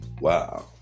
Wow